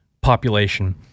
population